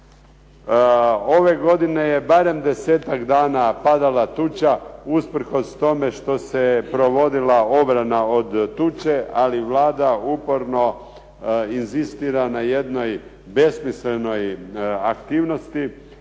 Ove godine je barem 10-ak dana padala tuča, usprkos tome što se provodila obrana od tuče, ali Vlada uporno inzistira na jednoj besmislenoj aktivnosti